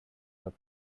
are